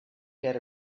get